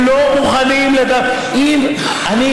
הם לא מוכנים לדווח על כניסה ויציאה.